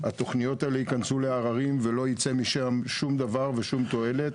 התכניות האלה ייכנסו לעררים ולא ייצא משם שום דבר ושום תועלת,